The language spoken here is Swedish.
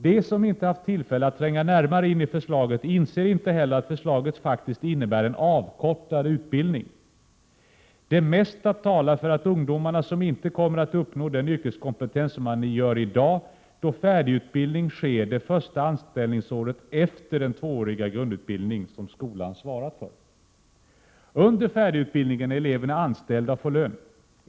De som inte haft tillfälle att tränga närmare in i förslaget inser inte heller att förslaget faktiskt innebär en avkortad utbildning. Det mesta talar för att ungdomarna inte kommer att uppnå den yrkeskompetens som man gör i dag, då färdigutbildning sker det första anställningsåret efter den tvååriga grundutbildning som skolan svarat för. Under färdigutbildningen är eleverna anställda och får lön.